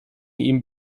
ihm